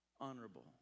honorable